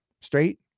straight